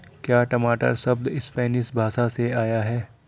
क्या टमाटर शब्द स्पैनिश भाषा से आया है?